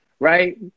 Right